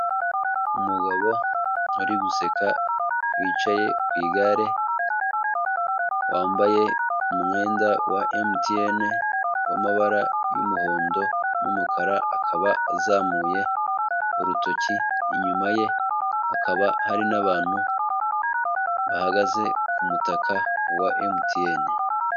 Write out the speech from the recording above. Umugabo uri guseka wicaye ku igare, wambaye umwenda wa emutiyeni w'amabara y'umuhondo n'umukara akaba azamuye urutoki, inyuma ye hakaba hari n'abantu bahagaze ku mutaka wa emutiyeni.